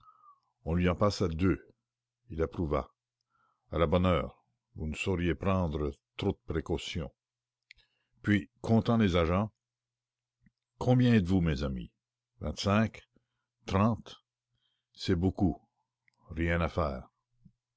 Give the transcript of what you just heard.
on lui en passa deux il approuva à la bonne heure vous ne sauriez prendre trop de précautions puis comptant les agents combien êtes-vous mes amis vingt-cinq trente c'est beaucoup rien à faire